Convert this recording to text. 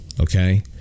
okay